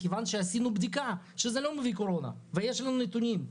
מכיוון שעשינו בדיקה שזה לא מביא קורונה ויש לנו נתונים.